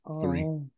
three